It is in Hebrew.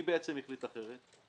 מי בעצם החליט אחרת?